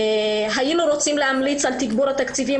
היינו רוצים להמליץ על תגבור התקציבים